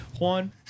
Juan